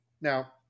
Now